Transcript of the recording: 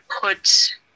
put